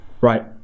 Right